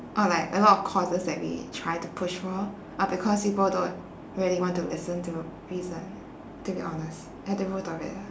or like a lot causes that we try to push for are because people don't really want to listen to reason to be honest at the root of it lah